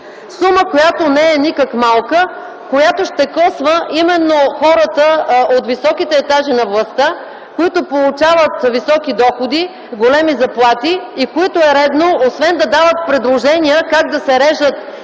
сума, която не е никак малка, която ще коства именно хората от високите етажи на властта, които получават високи доходи, големи заплати и които е редно освен да дават предложения как да се режат